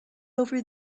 over